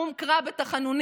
קום קרא בתחנונים".